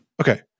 Okay